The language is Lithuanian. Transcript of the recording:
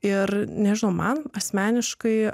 ir nežinau man asmeniškai